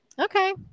Okay